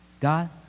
God